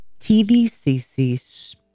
TVCC